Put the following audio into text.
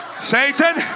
Satan